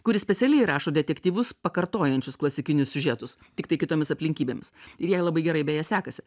kuri specialiai rašo detektyvus pakartojančius klasikinius siužetus tiktai kitomis aplinkybėms ir jai labai gerai beje sekasi